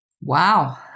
Wow